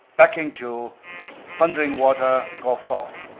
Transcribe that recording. backing to thundering water golf course.